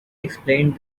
explained